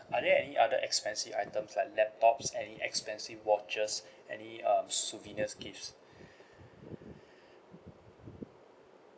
are there any other expensive items like laptops any expensive watches any um souvenirs gifts